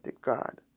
God